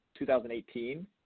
2018